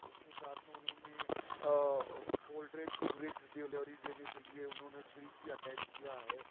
اس میں ساتھ میں انہوں نے کولڈریج بیوریج ڈیلیوری دینے کے لیے انہوں نے سویچ بھی اٹیچ کیا ہے